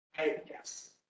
Yes